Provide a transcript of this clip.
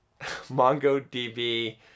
MongoDB